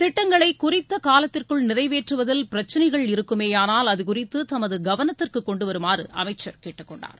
திட்டங்களை குறித்த காலத்திற்குள் நிறைவேற்றுவதில் பிரச்சனைகள் இருக்குமேயானால் அதுகுறித்து தமது கவனத்திற்கு கொண்டுவருமாறு அமைச்சர் கேட்டுக்கொண்டார்